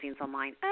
online